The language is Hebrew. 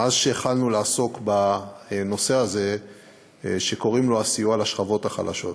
מאז שהחלנו לעסוק בנושא הזה שקוראים לו סיוע לשכבות החלשות.